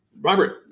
Robert